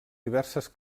diverses